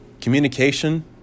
Communication